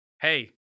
hey